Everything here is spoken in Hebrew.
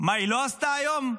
מה היא לא עשתה היום?